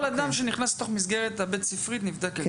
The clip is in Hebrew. כל אדם שנכנס לתוך המסגרת הבית ספרית נבדק.